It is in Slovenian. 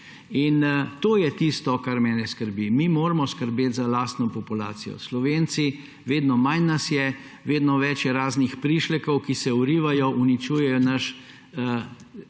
To je tisto, kar mene skrbi. Mi moramo skrbeti za lastno populacijo. Slovenci, vedno manj nas je, vedno več je raznih prišlekov, ki se vrivajo, uničujejo naš,